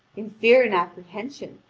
in fear and apprehension,